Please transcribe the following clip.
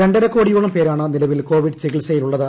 ്ർണ്ടരക്കോടിയോളം പേരാണ് നിലവിൽ കോവിഡ് ചികിത്സയിലുള്ളത്